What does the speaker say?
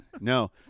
No